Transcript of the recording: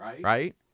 right